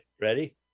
Ready